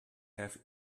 have